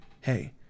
Hey